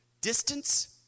Distance